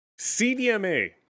CDMA